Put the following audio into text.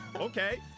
Okay